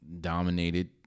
dominated